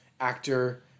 actor